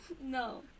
No